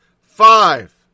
five